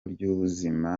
ry’ubuzima